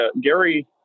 Gary